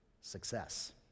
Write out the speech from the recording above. success